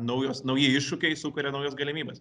naujos nauji iššūkiai sukuria naujas galimybes